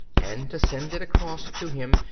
and to send it across to him,